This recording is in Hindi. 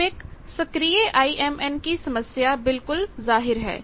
अब एक सक्रिय IMN की समस्या बिल्कुल जाहिर है